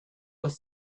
was